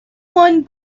won